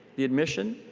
the admission